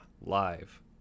live